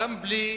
גם בלי